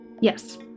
Yes